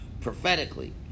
prophetically